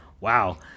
wow